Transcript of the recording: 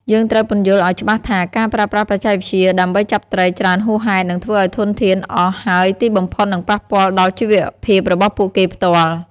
យើងត្រូវពន្យល់ឲ្យច្បាស់ថា ការប្រើប្រាស់បច្ចេកវិទ្យាដើម្បីចាប់ត្រីច្រើនហួសហេតុ នឹងធ្វើឲ្យធនធានអស់ ហើយទីបំផុតនឹងប៉ះពាល់ដល់ជីវភាពរបស់ពួកគេផ្ទាល់។